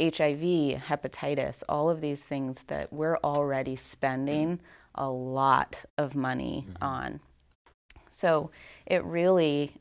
hiv hepatitis all of these things that we're already spending a lot of money on so it really